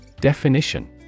Definition